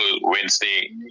Wednesday